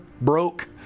broke